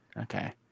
Okay